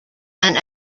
and